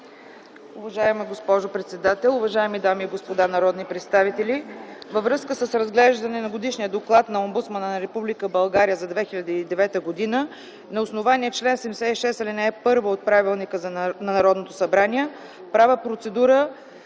Уважаема госпожо председател, уважаеми дами и господа народни представители! Във връзка с разглеждане на Годишния доклад на омбудсмана на Република България за 2009 г. на основание чл. 39, ал. 2 от Правилника за организацията и